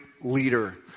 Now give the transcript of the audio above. leader